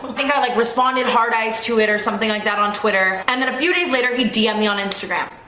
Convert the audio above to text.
think i like responded hard eyes to it or something like that on twitter and then a few days later he'd dm me on instagram.